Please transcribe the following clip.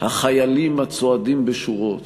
החיילים הצועדים בשורות